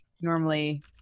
normally